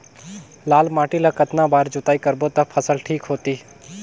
लाल माटी ला कतना बार जुताई करबो ता फसल ठीक होती?